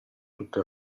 tutte